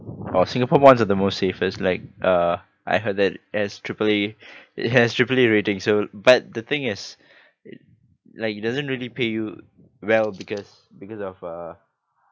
oh singapore bonds are the most safest like uh I heard that has triple a it has triple a ratings so but the thing is like it doesn't really pay you well because because of uh